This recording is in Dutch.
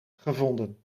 gevonden